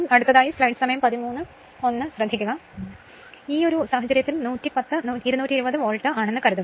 അതിനാൽ ഈ സാഹചര്യത്തിൽ 110 220 വോൾട്ട് ആണെന്ന് കരുതുക